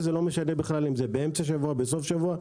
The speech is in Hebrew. וזה לא משנה בכלל אם זה באמצע השבוע או בסוף השבוע,